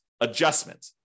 adjustment